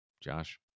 Josh